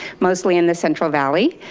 mostly in the central valley,